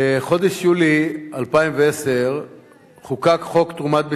בחודש יולי 2010 חוקק חוק תרומת ביציות,